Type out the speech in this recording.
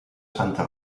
santa